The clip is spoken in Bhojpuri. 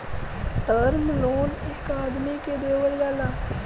टर्म लोन एक आदमी के देवल जाला